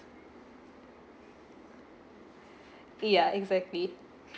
yeah exactly